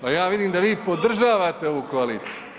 Pa ja vidim da vi podržavate ovu koaliciju.